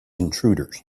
intruders